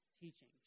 teaching